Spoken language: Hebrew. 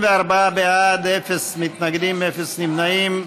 24 בעד, אין מתנגדים, אין נמנעים.